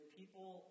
people